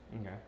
Okay